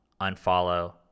unfollow